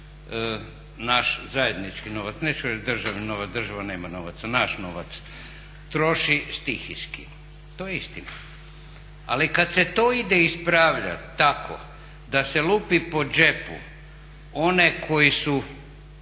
naš zajednički novac, neću reći državni novac, država nema novaca, naš novac, troši stihijski. To je istina. Ali kad se to ide ispravljat tako da se lupi po džepu one koji su